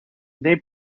they